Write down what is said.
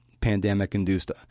pandemic-induced